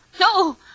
no